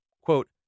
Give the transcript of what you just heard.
Quote